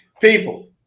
people